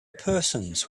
persons